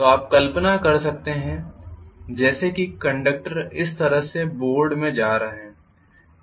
तो आप कल्पना कर सकते हैं जैसे कि कंडक्टर इस तरह से बोर्ड में जा रहे हैं